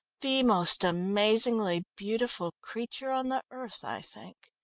the most amazingly beautiful creature on the earth, i think.